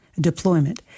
Deployment